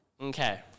Okay